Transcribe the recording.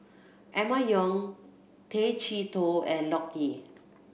Emma Yong Tay Chee Toh and Loke Ye